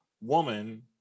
woman